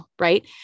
right